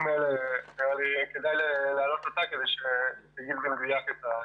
הללו כדאי להעלות אותה כדי לקבל תשובות מדויקות.